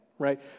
Right